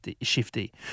shifty